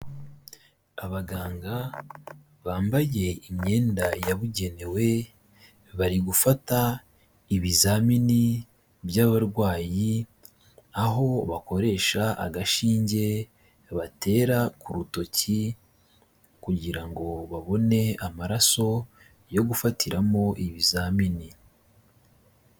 Abaganga bambaye imyenda yabugenewe bari gufata ibizamini by'abarwayi, aho bakoresha agashinge batera ku rutoki kugira ngo babone amaraso yo gufatiramo ibizamini.